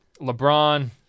lebron